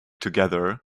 together